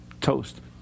toast